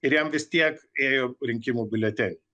ir jam vis tiek ėjo rinkimų biuleteniai